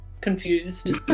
confused